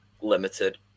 limited